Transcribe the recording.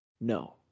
no